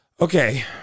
Okay